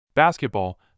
Basketball